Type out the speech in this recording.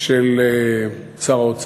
של שר האוצר.